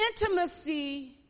Intimacy